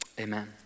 amen